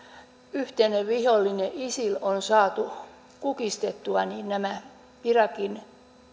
yhteinen vihollinen isil on saatu kukistettua nämä irakin